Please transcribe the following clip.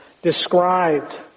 described